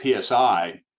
PSI